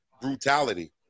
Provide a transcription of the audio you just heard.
brutality